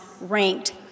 ranked